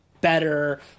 better